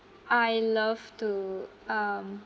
I love to um